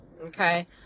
okay